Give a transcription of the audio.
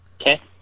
Okay